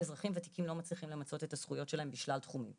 הם לא מצליחים למצות את הזכויות שלהם בשלל תחומים,